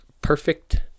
Perfect